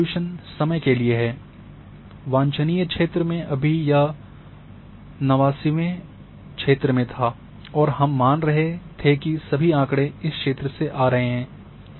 यह रिज़ॉल्यूशन समय के लिए है वांछनीय क्षेत्र में अभी यह 89 वें क्षेत्र में था और हम मान रहे थे कि सभी आँकड़े इस क्षेत्र से आ रहे हैं